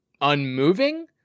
Unmoving